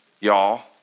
y'all